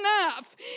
enough